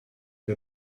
que